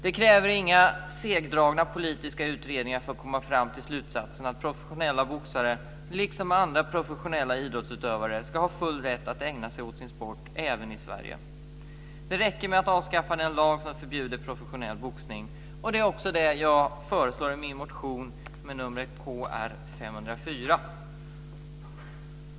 Det krävs inga segdragna politiska utredningar för att komma fram till slutsatsen att professionella boxare - liksom andra professionella idrottsutövare - ska ha full rätt att ägna sig åt sin sport även i Sverige. Det räcker med att avskaffa den lag som förbjuder professionell boxning, och det är också vad jag föreslår i min motion Kr504.